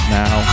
now